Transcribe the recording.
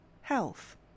health